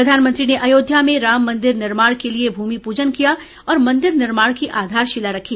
प्रधानमंत्री ने अयोध्या में राम मन्दिर निर्माण के लिए भूमि पूजन किया और मन्दिर निर्माण की आधारशिला रखी